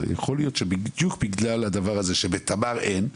יכול להיות שבדיוק בגלל הדבר הזה שבתמר אין,